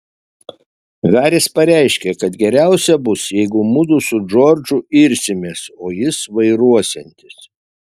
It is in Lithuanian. haris pareiškė kad geriausia bus jeigu mudu su džordžu irsimės o jis vairuosiantis